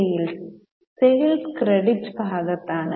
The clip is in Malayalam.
സെയിൽസ് സെയിൽസ് ക്രെഡിറ്റ് ഭാഗത്താണ്